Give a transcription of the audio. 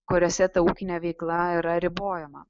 kuriuose ta ūkinė veikla yra ribojama